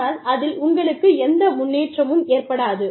ஆனால் அதில் உங்களுக்கு எந்த முன்னேற்றகும் ஏற்படாது